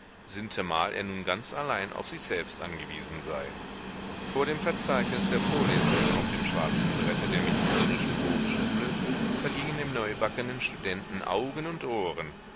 sintemal er nun ganz allein auf sich selbst angewiesen sei vor dem verzeichnis der vorlesungen auf dem schwarzen brette der medizinischen hochschule vergingen dem neubackenen studenten augen und ohren